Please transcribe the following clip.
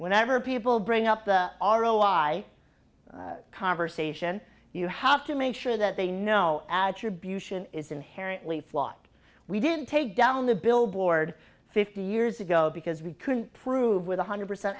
whenever people bring up the r o y conversation you have to make sure that they know attribution is inherently flawed we didn't take down the billboard fifty years ago because we couldn't prove with one hundred percent